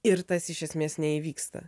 ir tas iš esmės neįvyksta